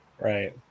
Right